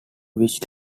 which